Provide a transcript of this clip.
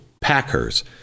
packers